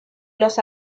los